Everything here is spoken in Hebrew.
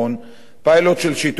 פיילוט של שיטור עירוני,